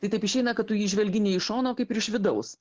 tai taip išeina kad tu įžvelgi ne iš šono o kaip ir iš vidaus